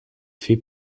fait